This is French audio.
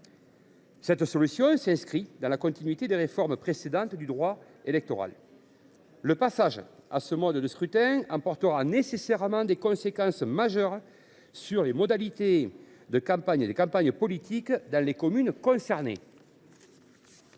Cette solution s’inscrit dans la continuité des réformes précédentes du droit électoral. Le passage à ce mode de scrutin emportera nécessairement des conséquences majeures sur les modalités des campagnes politiques dans les communes concernées.